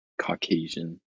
Caucasian